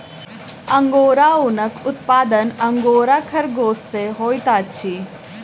angora ऊनक उत्पादन angora खरगोश सॅ होइत अछि